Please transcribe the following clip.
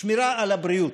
שמירה על הבריאות,